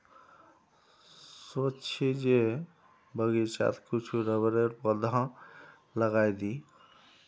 सोच छि जे बगीचात कुछू रबरेर पौधाओ लगइ दी